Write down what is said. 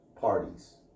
parties